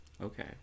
Okay